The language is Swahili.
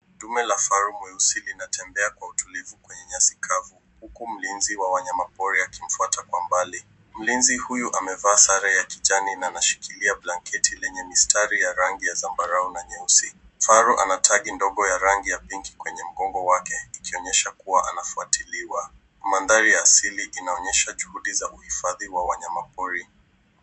Ndume la faru mweusi, linatembea kwa utulivu kwenye nyasi kavu, huku mlinzi wa wanyama pori akimfuata kwa mbali. Mlinzi huyu amevaa sare ya kijani na anashikilia blanketi lenye mistari ya rangi ya zambarau na nyeusi. Faru ana tagi ndogo ya rangi ya pinki kwenye mgongo wake, ikionyesha kuwa anafuatiliwa. Mandhari ya asili inaonyesha juhudi za uhifadhi wa wanyama pori.